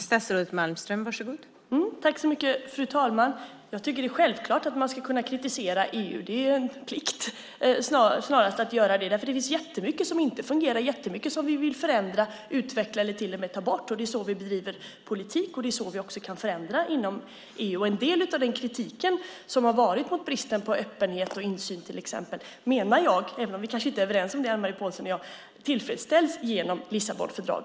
Fru talman! Jag tycker att det är självklart att man ska kunna kritisera EU. Det är en plikt att göra det. Det finns mycket som inte fungerar, och det finns mycket som vi vill förändra, utveckla eller till och med ta bort. Det är så vi bedriver politik, och det är så vi kan förändra inom EU. En del av den kritiken mot bristen på öppenhet och insyn menar jag - även om Anne-Marie Pålsson och jag inte är överens - tillfredsställs i Lissabonfördraget.